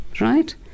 right